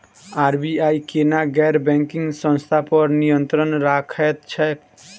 RBI केना गैर banking संस्था पर नियत्रंण राखैत छैक?